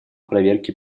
проверке